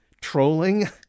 trolling